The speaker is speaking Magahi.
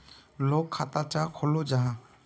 लोग खाता चाँ खोलो जाहा?